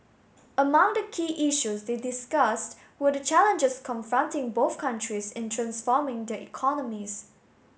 among the key issues they discussed were the challenges confronting both countries in transforming their economies